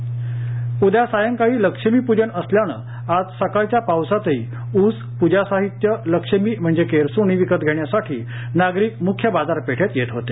लक्ष्मीपूजन उद्या सायकाळी लक्ष्मीपूजन असल्याने आज सकाळच्या पावसातही ऊस पूजा साहित्य लक्ष्मी म्हणजे केरसुणी विकत घेण्यासाठी नागरिक मुख्य बाजारपेठेत येत होते